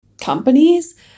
companies